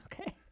okay